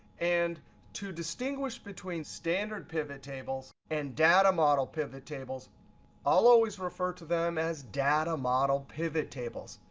and to distinguish between standard pivot tables and data model pivot tables i'll always refer to them as data model pivot tables.